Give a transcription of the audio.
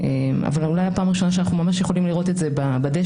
אבל אולי הפעם הראשונה שאנחנו ממש יכולים לראות את זה בדשא,